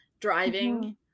driving